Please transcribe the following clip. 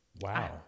wow